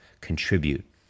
contribute